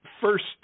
first